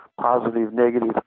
positive-negative